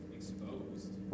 exposed